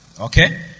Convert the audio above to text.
Okay